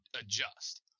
adjust